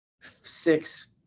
six